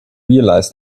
realize